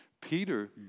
Peter